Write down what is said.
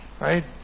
Right